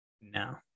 No